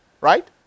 Right